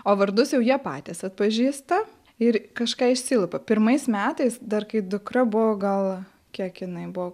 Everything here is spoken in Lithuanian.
o vardus jau jie patys atpažįsta ir kažką išsilupa pirmais metais dar kai dukra buvo gal kiek jinai buvo